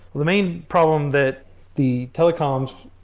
the main problem that the telecoms,